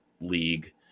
league